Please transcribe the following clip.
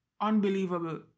unbelievable